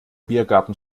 biergarten